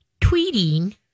tweeting